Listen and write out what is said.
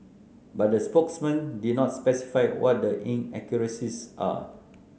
but the spokesman did not specify what the inaccuracies are